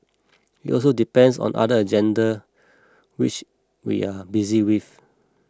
it also depends on other agenda which we are busy with